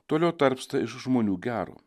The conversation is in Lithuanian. toliau tarpsta iš žmonių gero